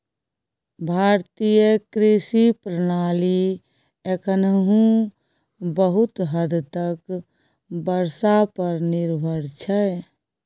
भारतीय कृषि प्रणाली एखनहुँ बहुत हद तक बर्षा पर निर्भर छै